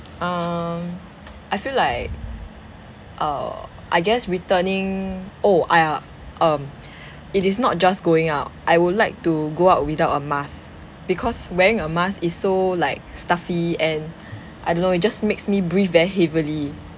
um I feel like uh I guess returning oh I a um it is not just going out I would like to go out without a mask because wearing a mask is so like stuffy and I don't know it just makes me breathe very heavily